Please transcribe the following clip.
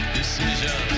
decision